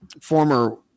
former